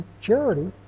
charity